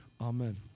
Amen